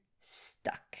stuck